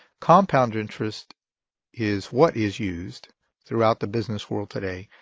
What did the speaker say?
compound interest is what is used throughout the business world today.